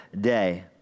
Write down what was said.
day